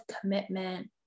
commitment